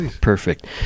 perfect